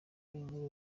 inkuru